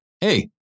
Hey